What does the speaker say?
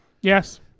Yes